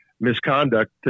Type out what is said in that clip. misconduct